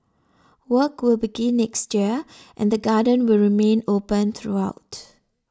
work will begin next year and the garden will remain open throughout